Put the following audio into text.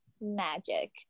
magic